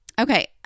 Okay